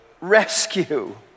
rescue